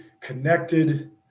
connected